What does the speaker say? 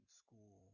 school